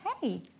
Hey